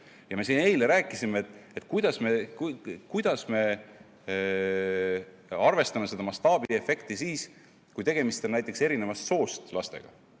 Me siin eile rääkisime, et kuidas me arvestame seda mastaabiefekti siis, kui tegemist on näiteks erinevast soost lastega.